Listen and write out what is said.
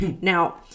Now